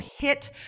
hit